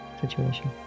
situation